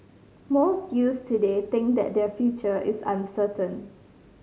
most youths today think that their future is uncertain